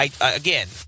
again